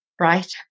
right